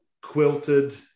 quilted